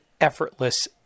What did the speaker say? effortless